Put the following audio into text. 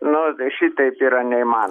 nu tai šitaip yra neįmanoma